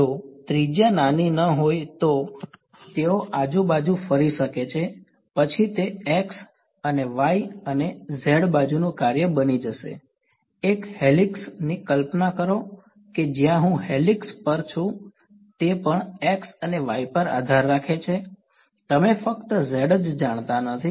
જો ત્રિજ્યા નાની ન હોય તો તેઓ આજુબાજુ ફરી શકે છે પછી તે x અને y અને z બાજુનું કાર્ય બની જશે એક હેલિક્સ ની કલ્પના કરો કે જ્યાં હું હેલિક્સ પર છું તે પણ x અને y પર આધાર રાખે છે તમે ફક્ત z જ જાણતા નથી